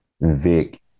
Vic